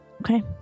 Okay